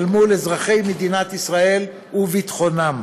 כלפי אזרחי מדינת ישראל וביטחונם.